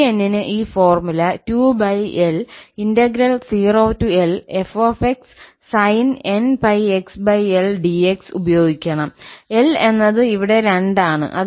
𝑏n ന് ഈ formula 2𝐿0Lf sin nπxL dx ഉപയോഗിക്കണം L എന്നത് ഇവിടെ 2 ആണ്